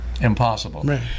impossible